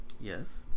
yes